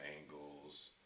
angles